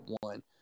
one